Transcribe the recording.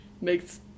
makes